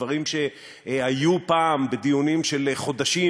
דברים שהיו פעם בדיונים של חודשים,